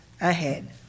ahead